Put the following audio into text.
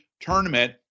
Tournament